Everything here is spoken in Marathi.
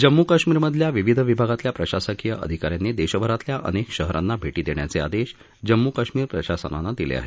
जम्मू कश्मीरमधल्या विविध विभागातल्या प्रशासकीय अधिका यांनी देशभरातल्या अनेक शहरांना भेटी देण्याचे आदेश जम्मू कश्मीर प्रशासनानं दिले आहेत